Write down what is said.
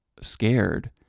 scared